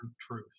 truth